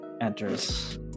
enters